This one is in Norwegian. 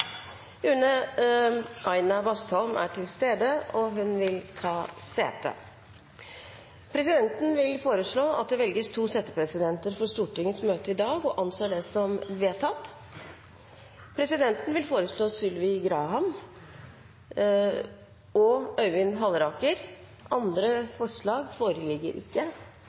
Une Aina Bastholm er til stede og vil ta sete. Presidenten vil foreslå at det velges to settepresidenter for Stortingets møte i dag – og anser det som vedtatt. Presidenten vil foreslå Sylvi Graham og Øyvind Halleraker. – Andre forslag foreligger ikke,